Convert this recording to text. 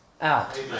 out